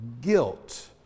guilt